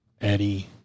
Eddie